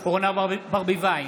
אורנה ברביבאי,